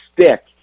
stick